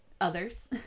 others